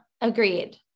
agreed